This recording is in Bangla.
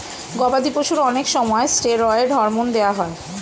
গবাদি পশুর অনেক সময় স্টেরয়েড হরমোন দেওয়া হয়